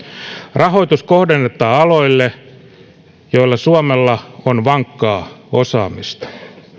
rahoitus kohdennetaan aloille joilla suomella on vankkaa osaamista